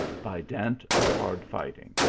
by dint of hard fighting.